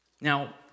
Now